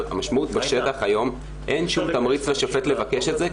בשטח היום אין שום תמריץ לשופט לבקש את זה,